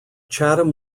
chatham